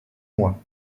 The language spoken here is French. mois